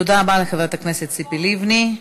תודה רבה לחברת הכנסת ציפי לבני.